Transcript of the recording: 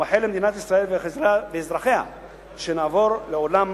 ומאחל למדינת ישראל ולאזרחיה שנעבור לעולם